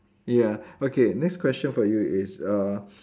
ya okay next question for you is uh